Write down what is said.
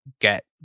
get